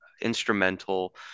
instrumental